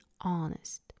honest